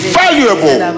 valuable